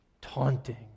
taunting